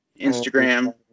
Instagram